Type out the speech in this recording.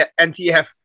NTF